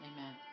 Amen